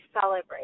celebrate